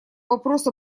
вопросу